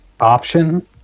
option